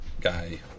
guy